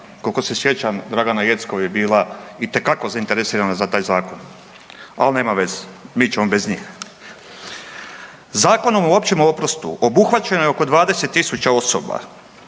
koliko se sjećam Dragana Jeckov je bila itekako zainteresirana za taj Zakon. Al nema veze, mi ćemo bez njih. Zakonom o općem oprostu obuhvaćeno je oko 20 tisuća osoba,